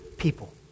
people